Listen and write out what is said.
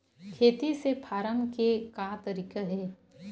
खेती से फारम के का तरीका हे?